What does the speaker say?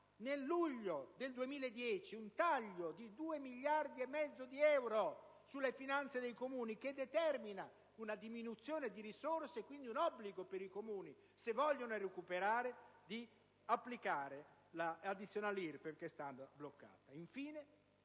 nel luglio 2010 un taglio di 2,5 miliardi di euro sulle finanze dei Comuni che determina una diminuzione di risorse e quindi un obbligo per i Comuni, se vogliono recuperare, di applicare l'addizionale IRPEF che finora era bloccata.